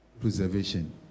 preservation